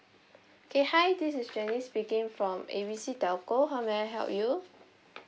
k hi this is jenny speaking from A B C telco how may I help you